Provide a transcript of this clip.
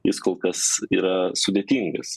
jis kol kas yra sudėtingas